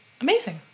amazing